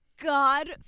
God